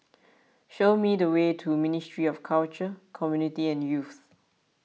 show me the way to Ministry of Culture Community and Youth